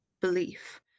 belief